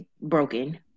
broken